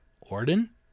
Orden